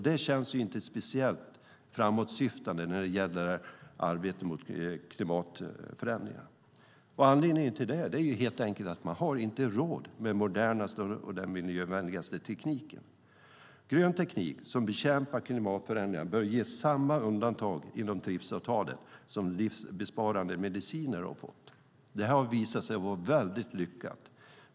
Det känns inte speciellt framåtsyftande när det gäller arbetet mot klimatförändringar. Anledningen till det är helt enkelt att man inte har råd med den modernaste och miljövänligaste tekniken. Grön teknik som bekämpar klimatförändringar bör ges samma undantag inom TRIPS-avtalet som livsbesparande mediciner har fått. Det har visat sig vara väldigt lyckat.